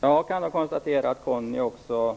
Herr talman! Jag konstaterar att också Conny Sandholm